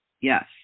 Yes